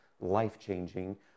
life-changing